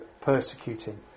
persecuting